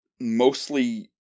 mostly